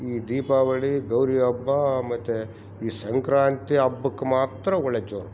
ಈ ದೀಪಾವಳಿ ಗೌರಿ ಹಬ್ಬ ಮತ್ತು ಈ ಸಂಕ್ರಾಂತಿ ಹಬ್ಬಕ್ಕೆ ಮಾತ್ರ ಒಳ್ಳೆ ಜೋರು